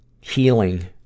healing